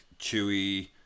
chewy